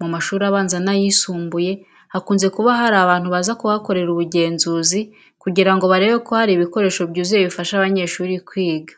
Mu mashuri abanza n'ayisumbuye hakunze kuba hari abantu baza kuhakorera ubugenzuzi kugira ngo barebe ko hari ibikoresho byuzuye bifasha abanyeshuri kwiga.